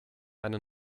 eine